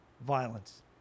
Violence